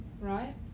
right